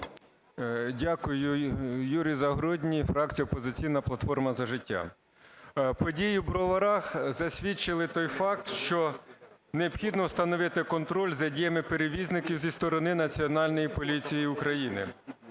Дякую. Юрій Загородній, фракція "Опозиційна платформа - За життя". Події в Броварах засвідчили той факт, що необхідно встановити контроль за діями перевізників зі сторони Національної поліції України.